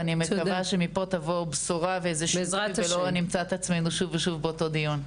ואני מקווה שמפה תבוא בשורה ולא נמצא את עצמנו שוב ושוב באותו דיון.